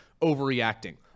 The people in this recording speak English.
overreacting